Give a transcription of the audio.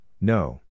no